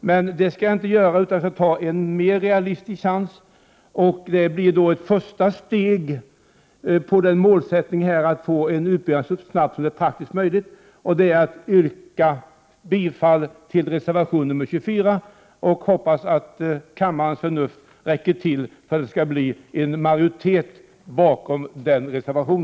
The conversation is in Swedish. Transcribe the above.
Jag skall emellertid inte göra det utan vara mer realistisk, vilket blir ett första steg när det gäller målsättningen att få en utbyggnad så snabbt som det är praktiskt möjligt, och yrka bifall till reservation 24 och hoppas att kammarens förnuft räcker till för att det skall bli en majoritet bakom denna reservation.